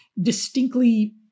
distinctly